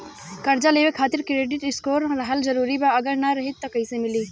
कर्जा लेवे खातिर क्रेडिट स्कोर रहल जरूरी बा अगर ना रही त कैसे मिली?